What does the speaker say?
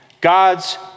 God's